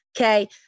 Okay